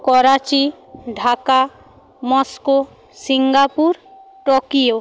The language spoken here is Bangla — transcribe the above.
Karachi Dhaka Moscow Singapore Tokyo